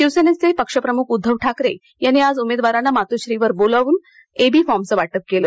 शिवसेनेचे पक्षप्रमुख उद्धव ठाकरे यांनी आज उमेदवारांना मातोश्रीवर बोलावून एबी फॉर्मचे वाटप केले